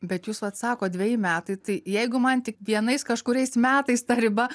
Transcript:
bet jūs vat sakot dveji metai tai jeigu man tik vienais kažkuriais metais ta riba